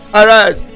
arise